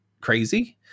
crazy